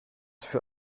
für